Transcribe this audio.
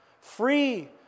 free